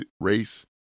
race